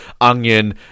onion